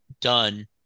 done